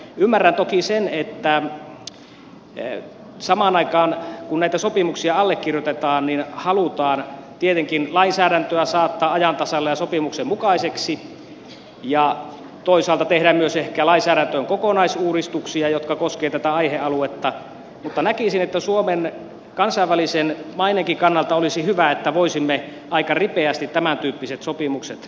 ymmärrän toki sen että samaan aikaan kun näitä sopimuksia allekirjoitetaan halutaan tietenkin lainsäädäntöä saattaa ajan tasalle ja sopimuksen mukaiseksi ja toisaalta tehdä myös ehkä lainsäädäntöön kokonaisuudistuksia jotka koskevat tätä aihealuetta mutta näkisin että suomen kansainvälisen maineenkin kannalta olisi hyvä että voisimme aika ripeästi tämäntyyppiset sopimukset allekirjoittaa